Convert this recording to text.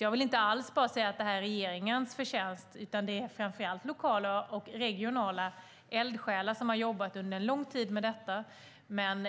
Jag vill inte alls säga att det bara är regeringens förtjänst, utan det är framför allt lokala och regionala eldsjälar som har jobbat under en lång tid med detta.